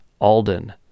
Alden